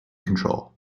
control